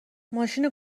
ماشینو